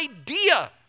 idea